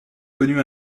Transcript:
connu